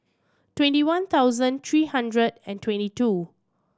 twenty one thousand three hundred and twenty two